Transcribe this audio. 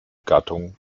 gattung